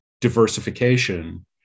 diversification